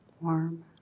warm